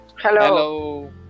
Hello